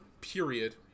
period